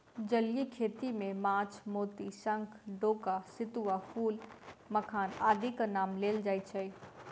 जलीय खेती मे माछ, मोती, शंख, डोका, सितुआ, फूल, मखान आदिक नाम लेल जाइत छै